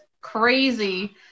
crazy